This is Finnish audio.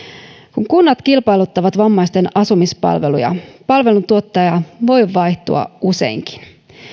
kun kunnat kilpailuttavat vammaisten asumispalveluja palveluntuottaja voi vaihtua useinkin